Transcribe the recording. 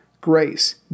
Grace